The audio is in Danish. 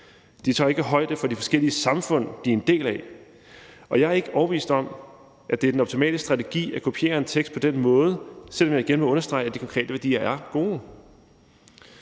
De tager ikke højde for de forskellige samfund, de er en del af. Og jeg er ikke overbevist om, at det er den optimale strategi at kopiere en tekst på den måde, selv om jeg igen vil understrege, at de konkrete værdier er gode.